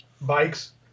bikes